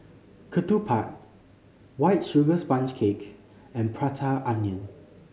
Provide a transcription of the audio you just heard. ketupat White Sugar Sponge Cake and Prata Onion